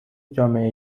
جامعه